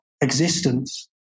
existence